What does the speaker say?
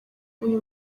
uyu